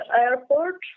airport